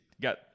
got